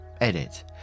Edit